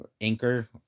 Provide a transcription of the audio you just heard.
Anchor